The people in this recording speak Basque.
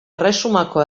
erresumako